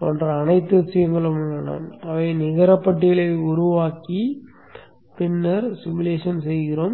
போன்ற அனைத்து விஷயங்களும் உள்ளன நிகர பட்டியலை உருவாக்கி பின்னர் உருவகப்படுத்த வேண்டும்